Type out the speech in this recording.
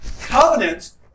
Covenants